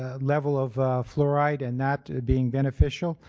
ah level of fluoride, and that being beneficial.